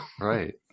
right